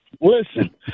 Listen